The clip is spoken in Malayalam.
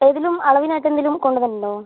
ഏതേലും അളവിനായിട്ട് എന്തേലും കൊണ്ടുവന്നിട്ടുണ്ടോ